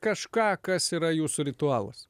kažką kas yra jūsų ritualas